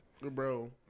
bro